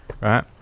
right